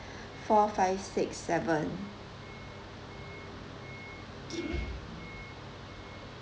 four five six seven